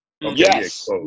Yes